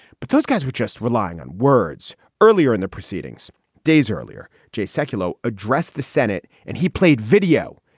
but those guys were just relying on words earlier in the proceedings days earlier. jay sekulow addressed the senate and he played video.